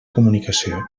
comunicació